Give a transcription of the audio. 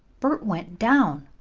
bert went down,